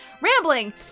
Rambling